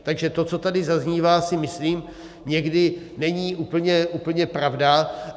Takže to, co tady zaznívá, si myslím, někdy není úplně pravda.